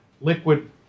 Liquid